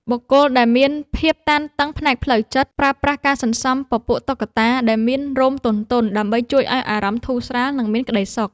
បុគ្គលដែលមាន ភាពតានតឹងផ្នែកផ្លូវចិត្ត ប្រើប្រាស់ការសន្សំពពួកតុក្កតាដែលមានរោមទន់ៗដើម្បីជួយឱ្យអារម្មណ៍ធូរស្រាល និងមានក្ដីសុខ។